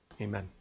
Amen